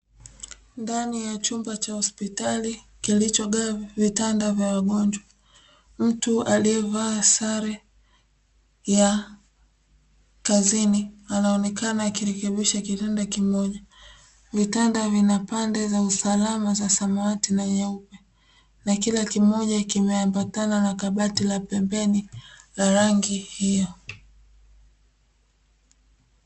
Ndani ya chumba cha hospitali kilichogawa vitanda vya wagonjwa, mtu aliyevaa sare ya kazini anaonekana akirekebisha kitanda kimoja. Vitanda vina pande za usalama za samawati na nyeupe, na kila kimoja kimeambatana na kabati la pembeni la rangi hiyo.